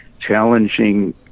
challenging